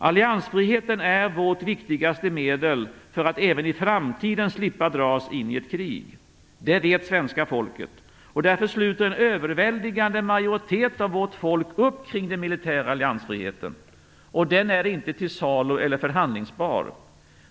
Alliansfriheten är vårt viktigaste medel för att även i framtiden slippa dras in i ett krig. Det vet svenska folket, och därför sluter en överväldigande majoritet av vårt folk upp kring den militära alliansfriheten. Den är inte till salu eller förhandlingsbar.